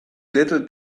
little